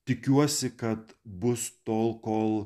tikiuosi kad bus tol kol